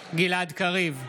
בעד גלעד קריב,